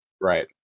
Right